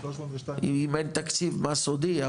אם אין תקציב מה סודי?